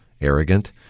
arrogant